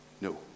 No